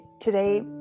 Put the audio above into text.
today